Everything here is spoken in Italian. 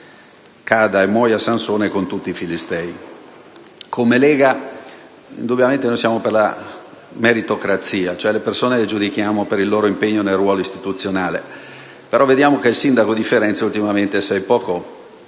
che muoia Sansone con tutti i filistei. Noi della Lega siamo per la meritocrazia, cioè le persone le giudichiamo per il loro impegno nel ruolo istituzionale, però vediamo che il sindaco di Firenze è molto poco